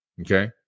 Okay